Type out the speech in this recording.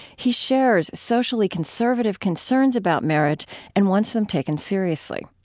he shares socially conservative concerns about marriage and wants them taken seriously.